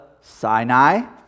Sinai